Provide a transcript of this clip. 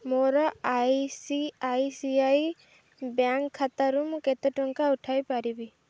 ମୋର I C I C I bank ଖାତାରୁ ମୁଁ କେତେ ଟଙ୍କା ଉଠାଇ ପାରିବି